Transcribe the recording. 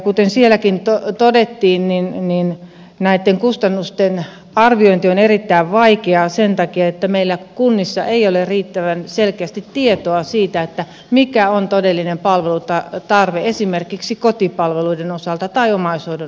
kuten sielläkin todettiin näitten kustannusten arviointi on erittäin vaikeaa sen takia että meillä kunnissa ei ole riittävän selkeästi tietoa siitä mikä on todellinen palvelutarve esimerkiksi kotipalveluiden osalta tai omaishoidon osalta